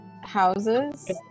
houses